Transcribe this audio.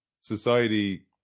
society